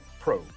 Pro